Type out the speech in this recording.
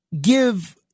give